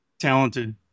talented